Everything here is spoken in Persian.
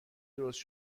درست